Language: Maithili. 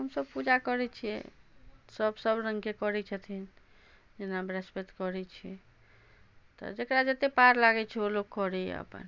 हमसब पूजा करै छिए सब सब रङ्गके करै छथिन जेना ब्रहस्पैत करै छी तऽ जकरा जते पार लागै छै ओ लोक करैए अपन